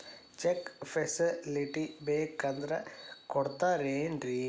Check facility ಬೇಕಂದ್ರ ಕೊಡ್ತಾರೇನ್ರಿ?